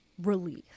relief